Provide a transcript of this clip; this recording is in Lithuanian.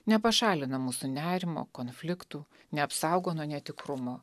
nepašalina mūsų nerimo konfliktų neapsaugo nuo netikrumo